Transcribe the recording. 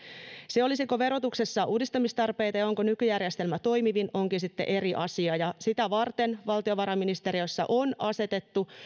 se olisiko verotuksessa uudistamistarpeita ja onko nykyjärjestelmä toimivin onkin sitten eri asia ja sitä varten valtiovarainministeriössä on asetettu